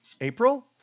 April